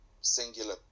singular